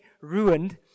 ruined